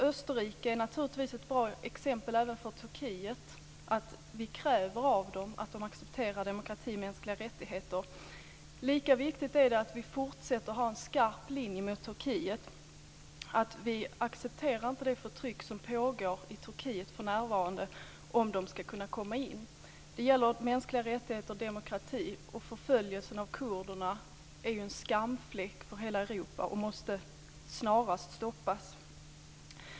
Österrike är naturligtvis ett bra exempel även för Turkiet och visar att vi kräver av Turkiet att man accepterar demokrati och mänskliga rättigheter. Lika viktigt är det att vi fortsätter att ha en skarp linje mot Turkiet och att visa att vi inte accepterar det förtryck som för närvarande pågår i Turkiet om man ska kunna komma in. Det gäller mänskliga rättigheter och demokrati. Förföljelsen av kurderna är ju en skamfläck för hela Europa och måste snarast stoppas.